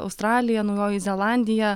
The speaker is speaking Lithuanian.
australija naujoji zelandija